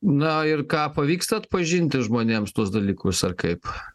na ir ką pavyksta atpažinti žmonėms tuos dalykus ar kaip